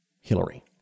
Hillary